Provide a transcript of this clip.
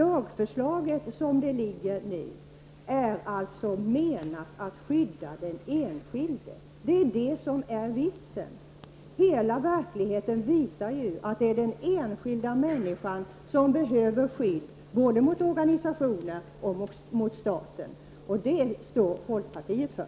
Avsikten med det lagförslag som nu ligger är att skydda den enskilde. Det är detta som är vitsen. Verkligheten visar ju att det är den enskilda människan som behöver skydd både mot organisationer och mot staten. Det står folkpartiet för.